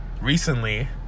recently